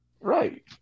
right